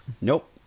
Nope